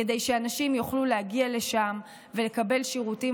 כדי שאנשים יוכלו להגיע לשם ולקבל שירותים